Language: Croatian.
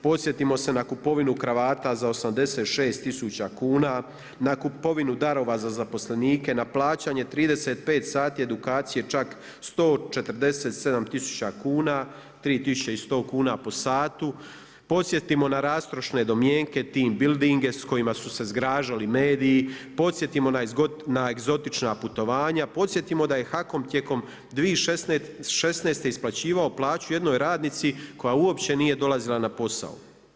Podsjetimo se na kupovinu kravata za 86 tisuća kuna, na kupovinu darova za zaposlenike, na plaćanje 35 sati edukacije čak 147 tisuća kuna, 3.100 kuna po satu, podsjetimo na rastrošne domjenke team building s kojima su zgražali mediji, podsjetimo na egzotična putovanja, podsjetimo da je HAKOM tijekom 2016. isplaćivao plaću jednoj radnici koja uopće nije dolazila na posao.